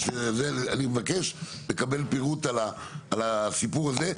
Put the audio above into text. אני מבקש לקבל פירוט על הסיפור הזה,